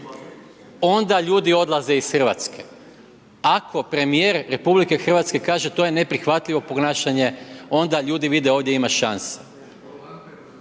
onda ljudi odlaze iz Hrvatske, ako premijer RH kaže to je neprihvatljivo ponašanje, onda ljudi vide ovdje ima šanse.